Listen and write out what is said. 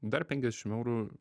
dar penkiasdešim eurų